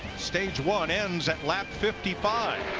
stage one ends at lap fifty five.